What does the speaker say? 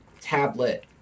tablet